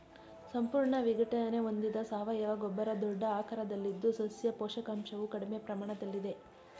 ಸಂಪೂರ್ಣ ವಿಘಟನೆ ಹೊಂದಿದ ಸಾವಯವ ಗೊಬ್ಬರ ದೊಡ್ಡ ಆಕಾರದಲ್ಲಿದ್ದು ಸಸ್ಯ ಪೋಷಕಾಂಶವು ಕಡಿಮೆ ಪ್ರಮಾಣದಲ್ಲಿದೆ